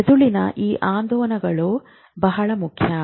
ಮೆದುಳಿನ ಈ ಆಂದೋಲನಗಳು ಬಹಳ ಮುಖ್ಯ